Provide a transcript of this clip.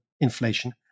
inflation